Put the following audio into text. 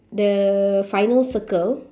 the final circle